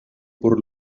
por